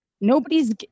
nobody's